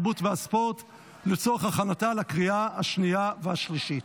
התרבות והספורט לצורך הכנתה לקריאה השנייה והשלישית.